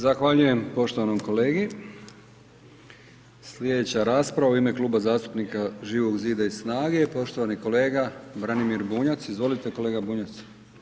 Zahvaljujem poštovanom kolegi, sljedeća raspravu ime Kluba zastupnika Živog zida i SNAGA-e, poštovani kolega Branimir Bunjac, izvolite, kolega Bunjac.